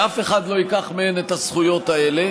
ואף אחד לא ייקח מהן את הזכויות האלה,